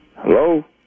Hello